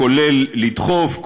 כולל דחיפה,